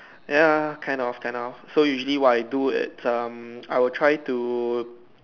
ya kind of kind of so usually what I do it's um I will try to